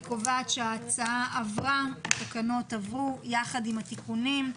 הצבעה התקנות אושרו אני קובעת שהתקנות עברו יחד עם התיקונים.